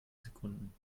sekunden